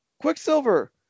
Quicksilver